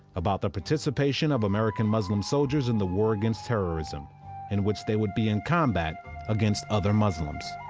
about the participation of american muslim soldiers in the war against terrorism in which they would be in combat against other muslims